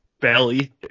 belly